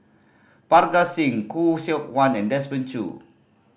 Parga Singh Khoo Seok Wan and Desmond Choo